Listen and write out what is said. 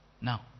Now